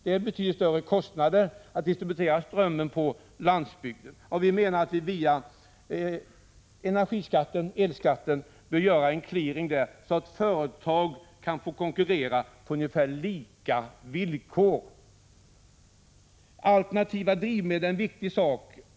Det drar betydligt högre kostnader att distribuera ström på landsbygden, men vi menar att man via elskatten bör göra en clearing så att företag kan få konkurrera på ungefär lika villkor. Alternativa drivmedel är en viktig sak.